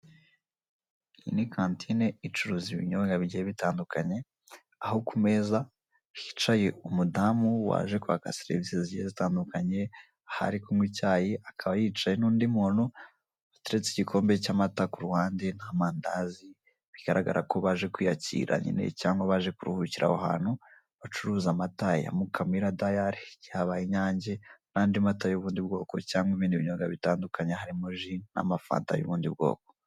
Iyi ni kantine icuruza ibinyobwa bigiye bitandukanye, aho kumeza hicaye umudamu waje kwaka serivise zigiye zitandukanye, aho ari kunywa icyayi akaba hicaye n'undi muntu uteretse igikombe cy'amata ku ruhande n'amandazi bigaragara ko baje kwiyakira nyine cyangwa baje kuruhukira aho hantu bacuruza amata ya mukamira dayari cyangwa y'inyange n'andi mata y'ubundi bwoko ibindi binyobwa bitandukanye harimo, ji, n'amafanta y'ubundi bwoko.